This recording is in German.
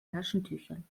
taschentüchern